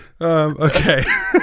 Okay